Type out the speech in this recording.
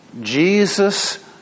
Jesus